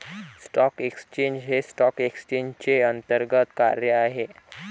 stock exchange हे stock एक्सचेंजचे अंतर्गत कार्य आहे